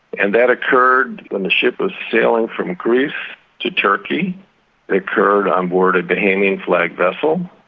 and that occurred when the ship was sailing from greece to turkey, it occurred on board a bahamian-flagged vessel,